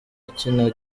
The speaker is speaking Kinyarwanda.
akina